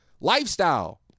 lifestyle